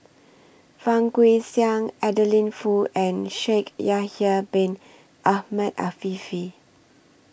Fang Guixiang Adeline Foo and Shaikh Yahya Bin Ahmed Afifi